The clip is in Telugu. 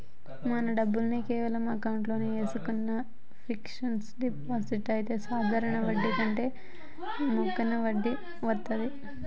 మన డబ్బుల్ని కేవలం అకౌంట్లో ఏసుకునే కన్నా ఫిక్సడ్ డిపాజిట్ చెత్తే సాధారణ వడ్డీ కంటే యెక్కువ వడ్డీ వత్తాది